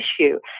issue